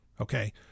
Okay